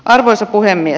arvoisa puhemies